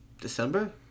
December